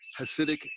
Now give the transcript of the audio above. Hasidic